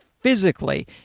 physically